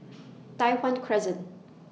Tai Hwan Crescent